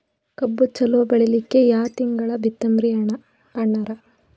ಕಬ್ಬು ಚಲೋ ಬೆಳಿಲಿಕ್ಕಿ ಯಾ ತಿಂಗಳ ಬಿತ್ತಮ್ರೀ ಅಣ್ಣಾರ?